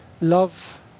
Love